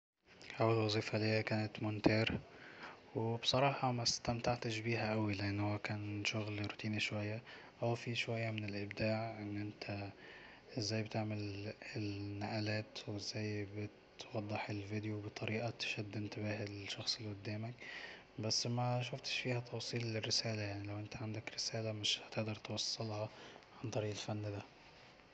اول وظيفة ليا كانت مونتير وبصراحة ما استمتعتش بيعا اوي لانه هو كان شغل روتيني شوية اه فيه شوية من الابداع أن انت ازاي بتعمل ال الهالات وازاي بتوضح الفيديو بطريقة تشد الشخص اللي قدامك بس مشوفتش فيها توصيل للرسالة يعني لو انت عندك رسالة مش هتقدر توصلها عن طريق الفن دا